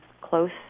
close